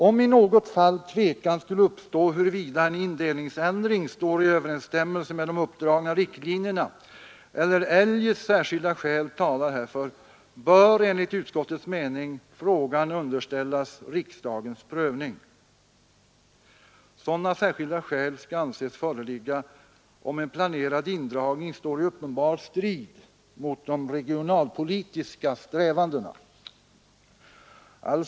Om i något fall tvekan skulle uppstå huruvida en indelningsändring står i överensstämmelse med de uppdragna riktlinjerna eller eljest särskilda skäl talar härför, bör enligt utskottets mening frågan underställas riksdagens prövning. Sådana särskilda skäl skall anses föreligga om en planerad indragning står i uppenbar strid mot de regionalpolitiska strävandena.